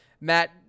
Matt